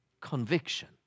conviction